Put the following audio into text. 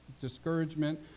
discouragement